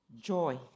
Joy